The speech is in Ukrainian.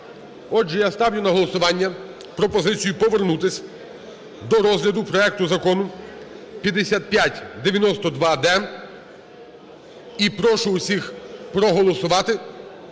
Отже, я ставлю на голосування пропозицію повернутися до розгляду проекту Закону 5592-д і прошу всіх проголосувати,